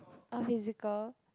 all physical